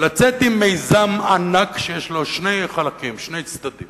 לצאת עם מיזם ענק, שיש לו שני חלקים, שני צדדים.